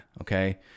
okay